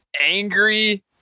angry